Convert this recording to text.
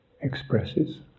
expresses